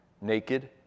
naked